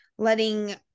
letting